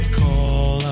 call